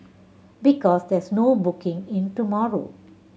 because there's no booking in tomorrow